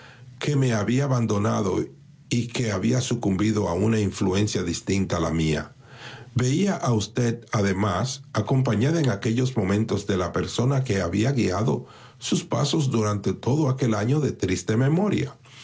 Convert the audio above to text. que me había abandonado y que había sucumbido a una influencia distinta a la mía veía a usted además acompañada en aquellos momentos de la persona que había guiado sus pasos durante todo aquel año de triste memoria